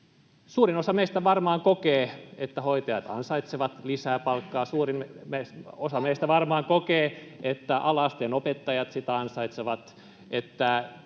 Suurin osa meistä varmaan kokee, että hoitajat ansaitsevat lisää palkkaa, suurin osa meistä varmaan kokee, että ala-asteen opettajat sitä ansaitsevat,